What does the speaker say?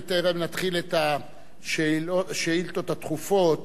בטרם נתחיל את השאילתות הדחופות,